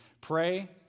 pray